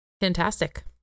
fantastic